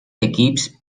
equips